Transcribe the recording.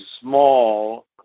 small